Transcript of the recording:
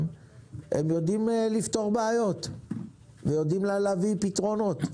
יודעים לפתור בעיות ולמצוא פתרונות.